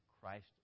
Christ